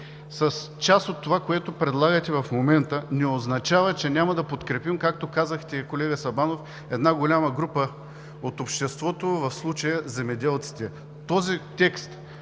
с част от това, което предлагате в момента, не означава, че няма да подкрепим, както казахте, колега Сабанов, една голяма група от обществото – в случая земеделците. Този текст,